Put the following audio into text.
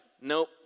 Nope